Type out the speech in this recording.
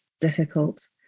difficult